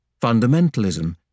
fundamentalism